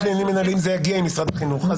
לעניינים מינהליים זה יגיע עם משרד החינוך.